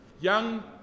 Young